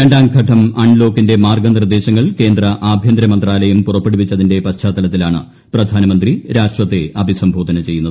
രണ്ടാംഘട്ടം അൺലോക്കിന്റെ മാർഗ്ഗനിർദ്ദേശങ്ങൾ കേന്ദ്ര ആഭ്യന്തരമന്ത്രാലയം പുറപ്പെടുവിച്ചതിന്റെ പശ്ചാത്തലത്തിലാണ് പ്രധാനമന്ത്രി രാഷ്ട്രത്തെ അഭിസംബോധന ചെയ്യുന്നത്